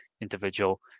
individual